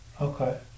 Okay